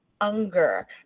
Unger